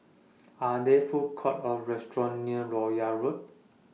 Are There Food Courts Or restaurants near Royal Road